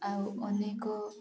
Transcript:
ଆଉ ଅନେକ